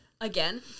Again